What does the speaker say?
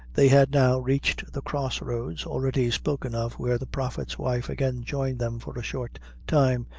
they had now reached the cross-roads already spoken of, where the prophet's wife again joined them for a short time,